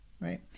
right